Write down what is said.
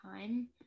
time